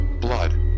Blood